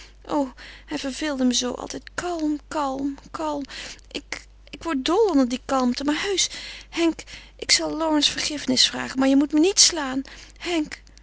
o hij verveelde me zoo altijd kalm kalm kalm ik ik word dol onder die kalmte maar heusch henk ik zal lawrence vergiffenis vragen maar je moet me niet slaan henk